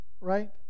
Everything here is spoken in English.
Right